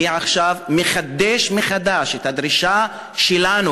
אני עכשיו מחַדֵש מחָדָש את הדרישה שלנו,